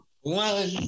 one